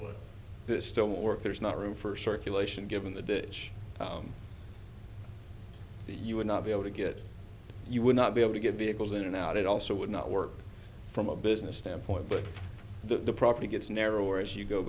there's still work there's not room for circulation given the dish that you would not be able to get you would not be able to get vehicles in and out it also would not work from a business standpoint but the property gets narrower as you go